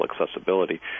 accessibility